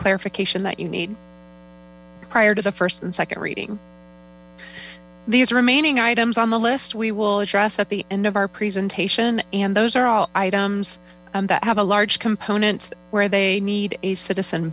clarification that you need prior to the first and second reading these remaining items on the list we will address at the end of our presentation and those are all items that have a large component where they need a citizen